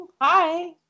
hi